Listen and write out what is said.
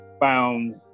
found